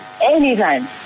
anytime